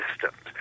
systems